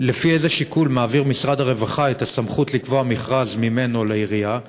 לפי איזה שיקול מעביר משרד הרווחה את הסמכות לקבוע מכרז ממנו לעירייה?